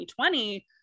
2020